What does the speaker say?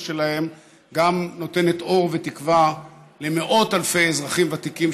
שלהם גם נותנת אור ותקווה למאות אלפי אזרחים ותיקים,